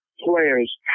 players